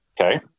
Okay